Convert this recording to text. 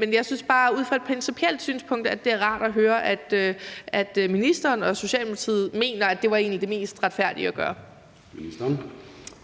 men jeg synes bare, at det ud fra et principielt synspunkt er rart at høre, at ministeren og Socialdemokratiet mener, at det egentlig var det mest retfærdige at gøre.